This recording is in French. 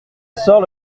sort